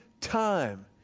time